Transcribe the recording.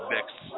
Next